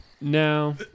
No